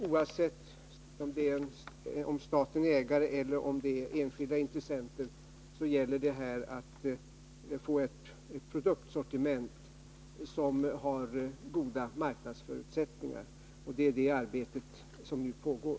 Oavsett om staten är ägare eller om det är enskilda intressenter gäller det här att få ett produktsortiment som har goda marknadsförutsättningar. Det är det arbetet som nu pågår.